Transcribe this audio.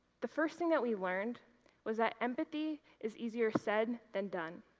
the first thing that we learned was that empathy is easier said than done.